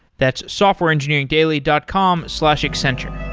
that's softwareengineeringdaily dot com slash accenture.